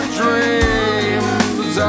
dreams